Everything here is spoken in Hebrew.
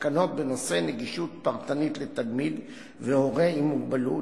ותקנות בנושא נגישות פרטנית לתלמיד והורה עם מוגבלות,